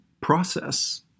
process